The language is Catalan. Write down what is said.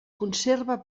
conserva